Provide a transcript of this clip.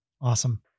Awesome